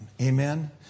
Amen